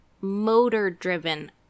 motor-driven